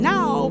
Now